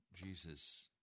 Jesus